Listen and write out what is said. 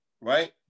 right